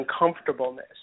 uncomfortableness